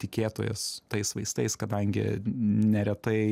tikėtojas tais vaistais kadangi neretai